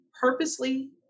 purposely